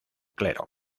clero